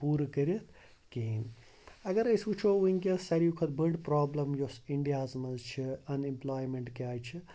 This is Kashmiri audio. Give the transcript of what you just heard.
پوٗرٕ کٔرِتھ کِہیٖنۍ اَگر أسۍ وٕچھو وٕنکٮ۪س ساروی کھۄتہٕ بٔڑ پرٛابلِم یۄس اِنڈیاہَس منٛز چھِ اَن امپٕلایمٮ۪نٛٹ کیٛاہ چھِ